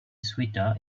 sweater